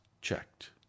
checked